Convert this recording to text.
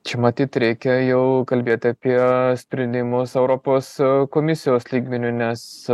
čia matyt reikia jau kalbėti apie sprendimus europos komisijos lygmeniu nes